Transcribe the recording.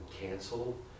canceled